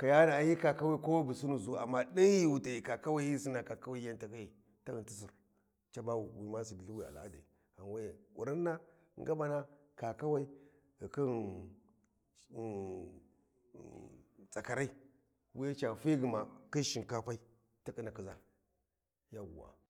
kafani kakawi hyi kowini bu sinu ʒu ammadai ɗin ghi wu t’ayi kakawi ye sinna ka kawi hyi ya tahyiyai taaghun ti sir ca ba wilthi wi al’aai ghan we’e ƙurrina ndaɓana kakawai ghu khin tsakarai wuya ca fi gma khin shinkapai tikhina khi ʒa yawwa